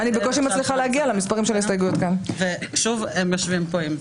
אני רוצה לאפשר למיכל שיר, לשאול